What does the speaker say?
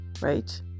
right